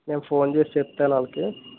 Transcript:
నేను ఫోన్ చేసి చెప్తాను వాళ్ళకి